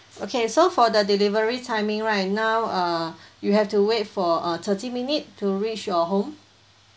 okay so for the delivery timing right now uh you have to wait for uh thirty minute to reach your home